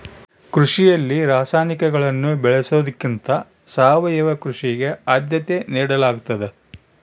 ಕೃಷಿಯಲ್ಲಿ ರಾಸಾಯನಿಕಗಳನ್ನು ಬಳಸೊದಕ್ಕಿಂತ ಸಾವಯವ ಕೃಷಿಗೆ ಆದ್ಯತೆ ನೇಡಲಾಗ್ತದ